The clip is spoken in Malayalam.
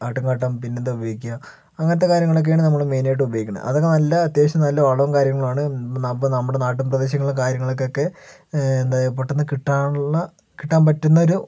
ആട്ടുംകാട്ടം പിന്നെ എന്താ ഉപയോഗിക്കുക അങ്ങനത്തെ കാര്യങ്ങളൊക്കെയാണ് നമ്മള് മെയ്നായിട്ട് ഉപയോഗിക്കുന്നത് അതൊക്കെ നല്ല അത്യാവശ്യം നല്ല വളവും കാര്യങ്ങളുമാണ് അപ്പോൾ നമ്മുടെ നാട്ടിൻ പ്രദേശങ്ങളിലെ കാര്യങ്ങൾക്കൊക്കെ എന്താ പെട്ടന്ന് കിട്ടാനുള്ള കിട്ടാൻ പറ്റുന്നൊരു